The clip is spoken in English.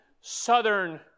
southern